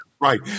right